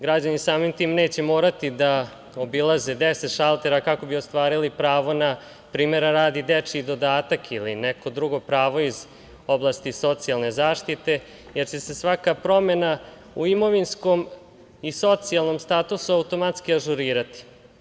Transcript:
Građani samim tim neće morati da obilaze deset šaltera kako bi ostvarili pravo na, primera radi, dečji dodatak ili neko drugo pravo iz oblasti socijalne zaštite, jer će se svaka promena u imovinskom i socijalnom statusu automatski ažurirati.